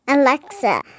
Alexa